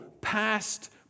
past